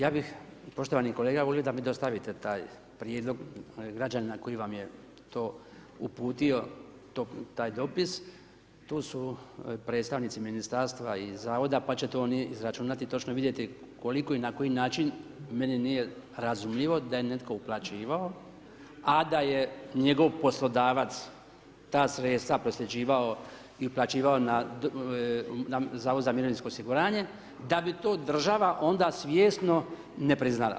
Ja bih poštovani kolega volio da mi dostavite taj prijedlog građanina koji vam je to uputio taj dopis, tu su predstavnici ministarstva i zavoda pa će to oni izračunati i točno vidjeti koliko i na koji način meni nije razumljivo da je netko uplaćivao a da je njegov poslodavac ta sredstva prosljeđivao i uplaćivao na Zavod za mirovinsko osiguranje, da bi to država onda svjesno ne priznala.